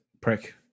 prick